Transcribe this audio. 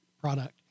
product